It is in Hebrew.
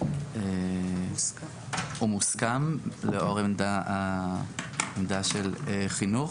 הוא מוסכם לאור העמדה של חינוך